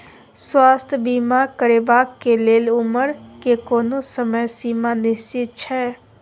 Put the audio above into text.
स्वास्थ्य बीमा करेवाक के लेल उमर के कोनो समय सीमा निश्चित छै?